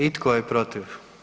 I tko je protiv?